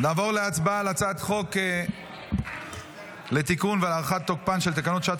נעבור להצבעה על הצעת חוק לתיקון ולהארכת תוקפן של תקנות שעת